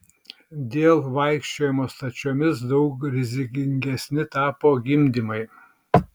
dėl vaikščiojimo stačiomis daug rizikingesni tapo gimdymai